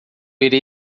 irei